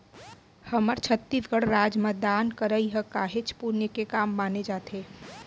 हमर छत्तीसगढ़ राज म दान करई ह काहेच पुन्य के काम माने जाथे